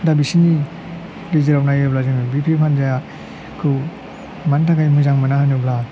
दा बिसिनि गेजेराव नायोब्ला जोङो बिपिएफ हान्जाखौ मानि थाखाय मोजां मोना होनोब्ला